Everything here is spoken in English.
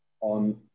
on